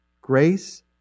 Grace